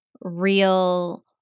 real